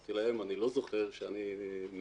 אמרתי להם שאני לא זוכר שאני נרשמתי